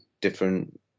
different